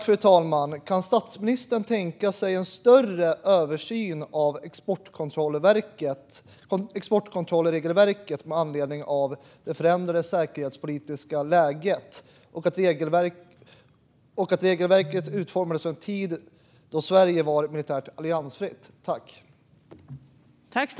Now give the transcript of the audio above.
Fru talman! Kan statsministern tänka sig en större översyn av regelverket för exportkontroll med anledning av det förändrade säkerhetspolitiska läget? Regelverket utformades i en tid då Sverige var militärt alliansfritt.